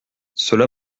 cela